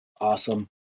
Awesome